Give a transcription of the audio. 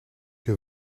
que